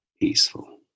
peaceful